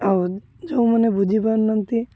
ଆଉ ଯେଉଁମାନେ ବୁଝିପାରୁନାହାନ୍ତି